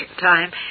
time